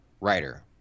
writer